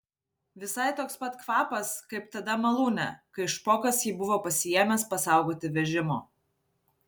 visai toks pat kvapas kaip tada malūne kai špokas jį buvo pasiėmęs pasaugoti vežimo